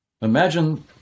imagine